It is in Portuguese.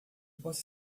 posso